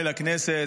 לכנסת,